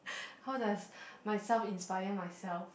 how does myself inspire myself